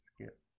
Skip